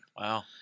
Wow